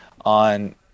on